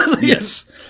Yes